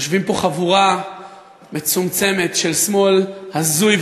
יושבת פה חבורה מצומצמת של שמאל הזוי,